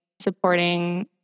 supporting